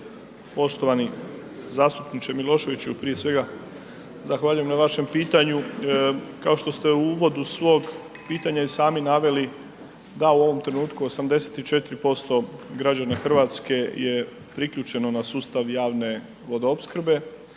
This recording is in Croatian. Poštovani zastupniče Miloševiću, prije svega zahvaljujem na vašem pitanju, kao što ste u uvodu svog pitanja i sami naveli da u ovom trenutku 84% građana RH je priključeno na sustav javne vodoopskrbe